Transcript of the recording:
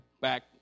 back